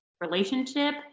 relationship